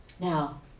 Now